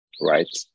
right